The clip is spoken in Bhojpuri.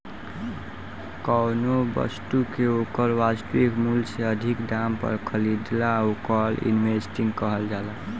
कौनो बस्तु के ओकर वास्तविक मूल से अधिक दाम पर खरीदला ओवर इन्वेस्टिंग कहल जाला